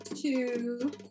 two